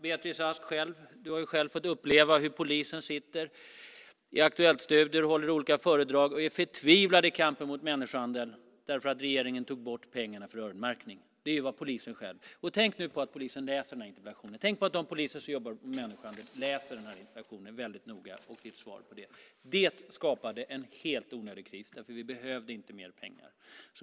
Beatrice Ask har själv fått uppleva hur polisen sitter i Aktuelltstudion och håller olika föredrag och är förtvivlade i kampen mot människohandel därför att regeringen tog bort öronmärkningen av pengar. Det är ju vad polisen själv säger. Tänk nu på att polisen läser den här interpellationen. Tänk på att de poliser som jobbar med människohandel läser den här interpellationen och ditt svar på den väldigt noga. Detta skapade en helt onödig kris därför att vi inte behövde mer pengar.